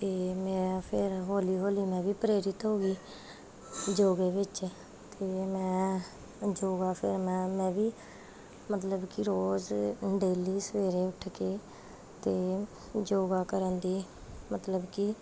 ਅਤੇ ਮੈਂ ਫਿਰ ਹੌਲੀ ਹੌਲੀ ਮੈਂ ਵੀ ਪ੍ਰੇਰਿਤ ਹੋ ਗਈ ਯੋਗਾ ਵਿੱਚ ਅਤੇ ਮੈਂ ਯੋਗਾ ਫਿਰ ਮੈਂ ਮੈਂ ਵੀ ਮਤਲਬ ਕਿ ਰੋਜ਼ ਡੇਲੀ ਸਵੇਰੇ ਉੱਠ ਕੇ ਅਤੇ ਯੋਗਾ ਕਰਨ ਦੀ ਮਤਲਬ ਕਿ